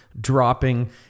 dropping